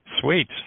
Sweet